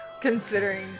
Considering